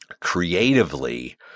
creatively